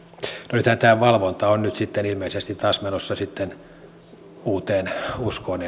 nythän tämä valvonta on ilmeisesti taas menossa uuteen uskoon